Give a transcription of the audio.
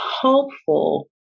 hopeful